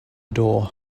door